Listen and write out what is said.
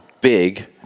big